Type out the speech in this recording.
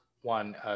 one –